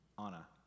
Anna